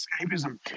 escapism